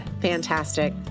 Fantastic